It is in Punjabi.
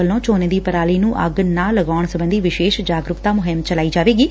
ਵੱਲੋ ਝੋਨੇ ਦੀ ਪਰਾਲੀ ਨੂੰ ਅੱਗ ਨਾ ਲਗਾਉਣ ਸਬੰਧੀ ਵਿਸ਼ੇਸ਼ ਜਾਗਰੁਕਤਾ ਮੁਹਿੰਮ ਚਲਾਈ ਜਾਵੇਗੀ